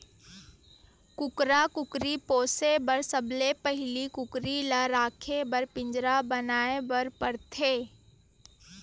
कुकरा कुकरी पोसे बर सबले पहिली कुकरी ल राखे बर पिंजरा बनाए बर परथे